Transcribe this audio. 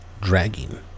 dragging